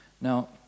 Now